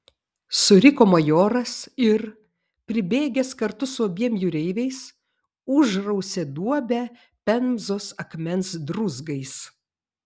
suriko majoras ir pribėgęs kartu su abiem jūreiviais užrausė duobę pemzos akmens druzgais